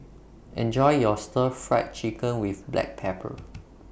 Enjoy your Stir Fried Chicken with Black Pepper